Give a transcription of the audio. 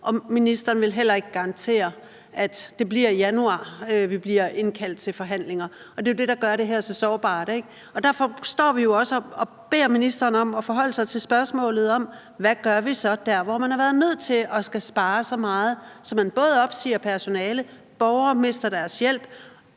og ministeren vil heller ikke garantere, at det bliver i januar, vi bliver indkaldt til forhandlinger. Det er jo det, der gør det her så sårbart. Derfor står vi jo også og beder ministeren om at forholde sig til spørgsmålet: Hvad gør vi så der, hvor man har været nødt til at spare så meget, at man både opsiger personale, borgere mister deres hjælp,